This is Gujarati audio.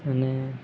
અને